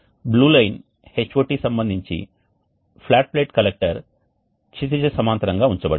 blue line Hot కి సంబంధించి flat plate collector క్షితిజ సమాంతరంగా ఉంచబడినది